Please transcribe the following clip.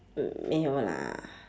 没有啦